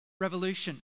revolution